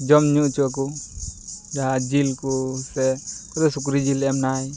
ᱡᱚᱢ ᱧᱩ ᱚᱪᱚ ᱟᱠᱚ ᱡᱟᱦᱟᱸ ᱡᱤᱞ ᱠᱚ ᱥᱮ ᱚᱠᱚᱭ ᱫᱚ ᱥᱩᱠᱨᱤ ᱡᱤᱞᱮ ᱮᱢᱱᱟᱭ